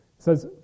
says